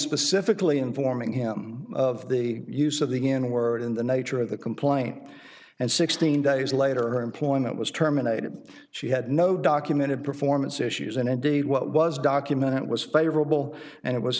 specifically informing him of the use of the n word in the nature of the complaint and sixteen days later her employment was terminated she had no documented performance issues and indeed what was documented was favorable and it was